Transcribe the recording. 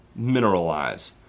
mineralize